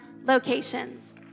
locations